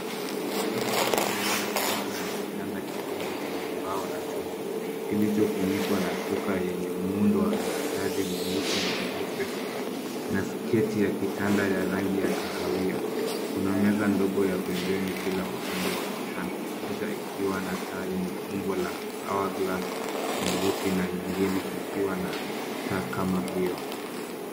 Chumba cha kulala kilicho na kitanda kikubwa chenye mbao na chuma kilichofunikwa na shuka yenye muundo ya mistari nyeusi na nyeupe na sketi ya kitanda ya rangi ya kahawia. Kuna meza ndogo ya pembeni kila upande wa kitanda. Moja ikiwa na taa lenye umbo la nyeusi na lingine likiwa na taa kama hio.